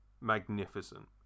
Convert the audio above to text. magnificent